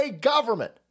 government